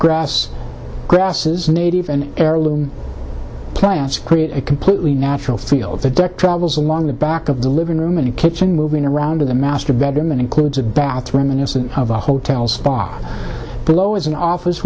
grass grasses native and heirloom plants create a completely natural field the deck travels along the back of the living room and kitchen moving around the master bedroom and includes a bathroom innocent a hotel spa below is an office